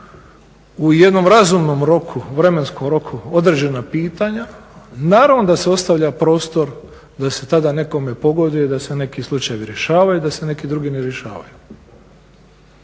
u jednom razumnom roku, vremenskom roku određena pitanja naravno da se ostavlja prostor da se tada nekome pogoduje, da se neki slučajevi rješavaju, da se neki drugi ne rješavaju.